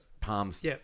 palms